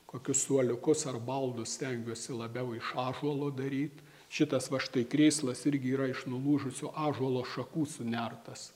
kokius suoliukus ar baldus stengiuosi labiau iš ąžuolo daryt šitas va štai krėslas irgi yra iš nulūžusio ąžuolo šakų sunertas